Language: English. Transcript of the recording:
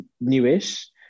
newish